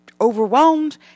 overwhelmed